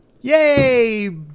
Yay